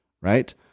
right